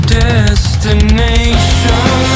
destination